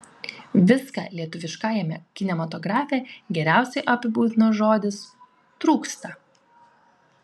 viską lietuviškajame kinematografe geriausiai apibūdina žodis trūksta